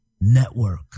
network